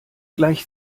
gleich